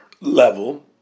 level